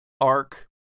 arc